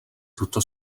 tuto